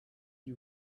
you